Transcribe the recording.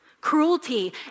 cruelty